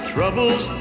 Troubles